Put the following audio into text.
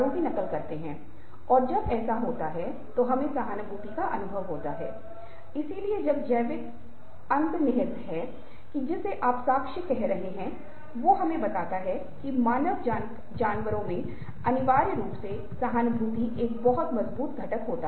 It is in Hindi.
तो आपको याद है कि पहले की कक्षाओं में हमने आँखों का संपर्क बनाए रखने पर ध्यान देने की बात की थी चौकस रहें लेकिन वास्तव में आप कैसे चौकस हो रहे हैं यह आपके अंदर गहराई तक हो सकता है लेकिन क्या दूसरा व्यक्ति यह जानने में सक्षम है कि आप चौकस हैं अब यह बहुत महत्वपूर्ण है